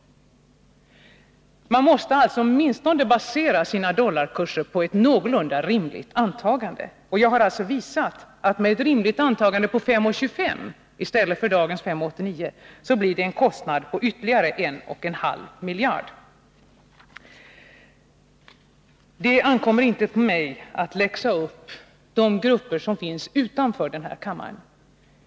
Man måste basera sina dollarkurser på ett någorlunda rimligt antagande. Jag har visat att det med ett rimligt antagande om 5:25 kr. i stället för dagens 5:89, blir en ytterligare kostnad på 1,5 miljarder kronor. Det ankommer inte på mig att läxa upp de grupper som finns utanför denna kammare.